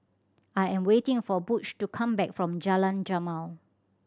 I am waiting for Butch to come back from Jalan Jamal